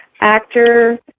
actor